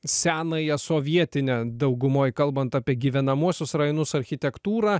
senąją sovietinę daugumoj kalbant apie gyvenamuosius rajonus architektūrą